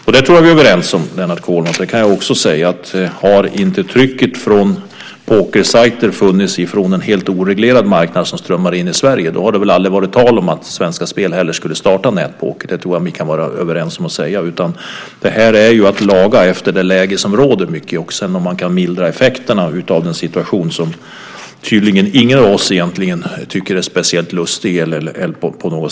Jag tror att vi är överens om, Lennart Kollmats, att om inte trycket från pokersajter funnits från en helt oreglerad marknad som strömmar in i Sverige, hade det väl heller aldrig varit tal om att Svenska Spel skulle starta nätpoker. Det tror jag att vi kan vara överens om. Det här är ju mycket att laga efter det läge som råder och att försöka mildra effekterna av den här utvecklingen, som tydligen ingen av oss egentligen tycker är speciellt lustig.